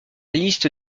liste